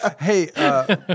Hey